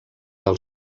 del